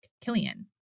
Killian